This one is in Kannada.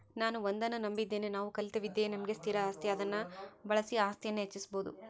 ನಾನು ಒಂದನ್ನು ನಂಬಿದ್ದೇನೆ ನಾವು ಕಲಿತ ವಿದ್ಯೆಯೇ ನಮಗೆ ಸ್ಥಿರ ಆಸ್ತಿ ಅದನ್ನು ಬಳಸಿ ಆಸ್ತಿಯನ್ನು ಹೆಚ್ಚಿಸ್ಬೋದು